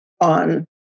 on